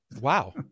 wow